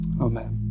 Amen